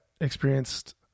experienced